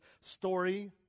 story